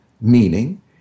meaning